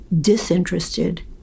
disinterested